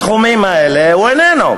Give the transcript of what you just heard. בתחומים האלה הוא איננו.